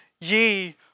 ye